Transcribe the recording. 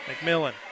mcmillan